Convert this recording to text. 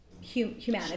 humanity